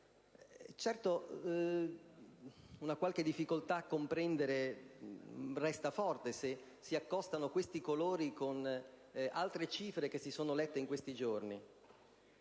Certo, una qualche difficoltà a comprendere resta forte, se si accostano questi colori ad altre cifre che si sono lette in questi giorni.